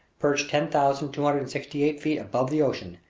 perched ten thousand two hundred and sixty eight feet above the ocean,